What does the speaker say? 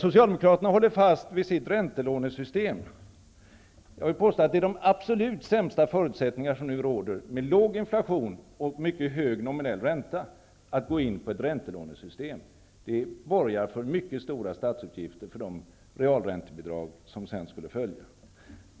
Socialdemokraterna håller fast vid sitt räntelånesystem. Jag vill påstå att det är de absolut sämsta förutsättningar som nu råder, med låg inflation och mycket hög nominell ränta, för att gå in på räntelånesystem. Det borgar för mycket stora statsutgifter för de realräntebidrag som sedan skulle följa.